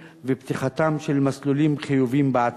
ופתיחתם של מסלולים חיוביים בעתיד.